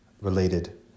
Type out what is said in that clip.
related